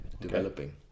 developing